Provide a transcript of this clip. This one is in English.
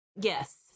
Yes